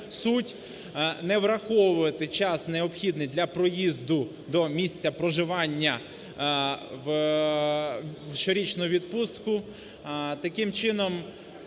Суть не враховувати час, необхідний для проїзду до місця проживання, у щорічну відпустку. Таким чином